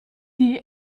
die